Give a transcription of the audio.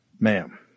ma'am